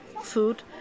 food